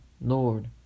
Lord